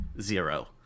zero